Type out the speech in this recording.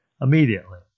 immediately